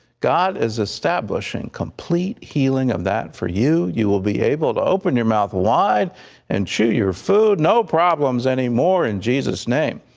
god is establishing complete healing of that for you. you will be able to open your mouth wide and chew your food, no problems anymore, in jesus' name.